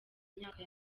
myaka